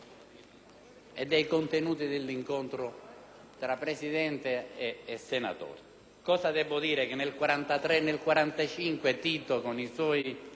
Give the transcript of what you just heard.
e ai contenuti dell'incontro tra Presidente e senatori. Cosa dovrei dire? Che nel 1943 e nel 1945 Tito ed i suoi